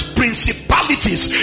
principalities